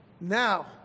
now